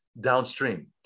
downstream